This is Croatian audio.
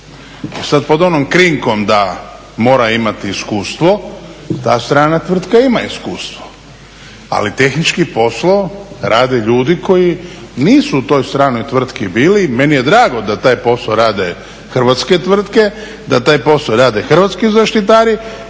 Sad pod onom krinkom da mora imati iskustvo ta strana tvrtka ima iskustvo, ali tehnički poslove rade ljudi koji nisu u toj stranoj tvrtki bili. Meni je drago da taj posao rade hrvatske tvrtke, da taj posao rade hrvatski zaštitari,